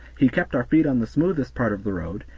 he kept our feet on the smoothest part of the road,